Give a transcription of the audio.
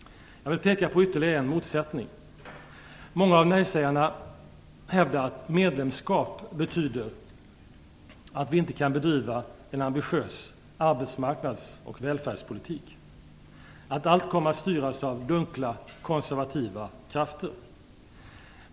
Jag vill peka på ytterligare en motsättning. Många av nej-sägarna hävdar att medlemskap betyder att vi inte kan bedriva en ambitiös arbetsmarknads och välfärdspolitik, att allt kommer att styras av dunkla konservativa krafter.